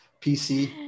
PC